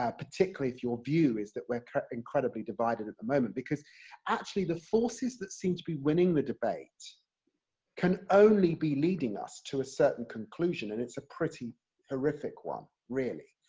ah particularly if your view is that we're incredibly divided at the moment, because actually the forces that seem to be winning the debate can only be leading us to a certain conclusion, and it's a pretty horrific one, really.